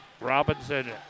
Robinson